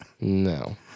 no